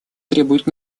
требует